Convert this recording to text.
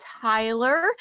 Tyler